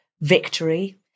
victory